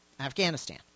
afghanistan